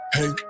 Hey